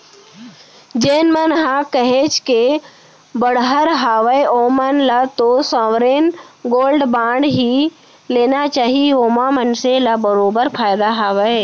जेन मन ह काहेच के बड़हर हावय ओमन ल तो साँवरेन गोल्ड बांड ही लेना चाही ओमा मनसे ल बरोबर फायदा हावय